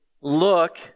look